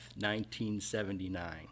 1979